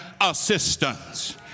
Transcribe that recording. assistance